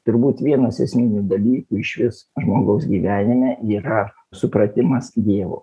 turbūt vienas esminių dalykų išvis žmogaus gyvenime yra supratimas dievo